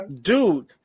dude